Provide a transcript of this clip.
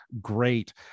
great